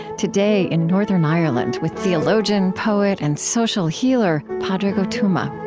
today, in northern ireland with theologian, poet, and social healer padraig o tuama